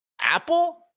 apple